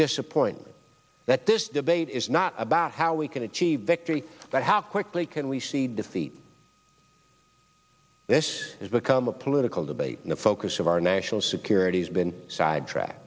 disappointment that this debate is not about how we can achieve victory that how quickly can we see defeat this has become a political debate the focus of our national security has been sidetracked